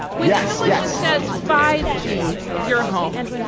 we yeah yeah says five g, your home.